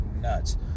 nuts